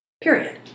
period